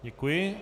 Děkuji.